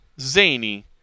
zany